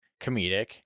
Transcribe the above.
comedic